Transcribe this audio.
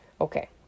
okay